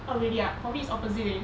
oh really ah for me it's opposite leh